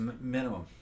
minimum